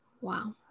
Wow